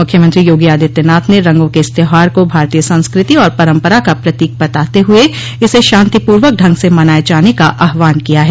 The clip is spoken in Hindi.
मुख्यमंत्री योगी आदित्यनाथ ने रंगों के इस त्यौहार को भारतीय संस्कृति और परम्परा का प्रतीक बताते हुए इसे शांतिपूर्वक ढंग से मनाये जाने का आहवान किया है